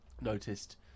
noticed